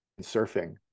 surfing